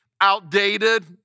outdated